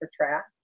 track